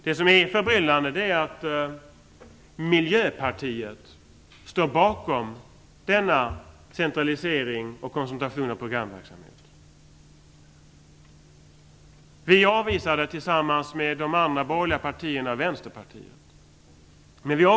Det som är förbryllande är att Miljöpartiet står bakom denna centralisering och koncentration av programverksamheten. Vi moderater och de övriga borgerliga partierna avvisade Vänsterpartiets förslag.